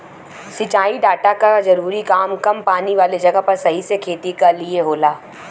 सिंचाई डाटा क जरूरी काम कम पानी वाले जगह पर सही से खेती क लिए होला